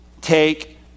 take